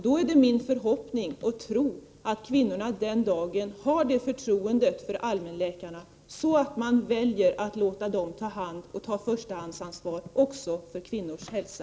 Det är min förhoppning och tro att kvinnorna då kommer att ha större förtroende för allmänläkarna, så att de väljer att låta dem ta förstahandsansvar också för kvinnors hälsa.